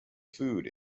food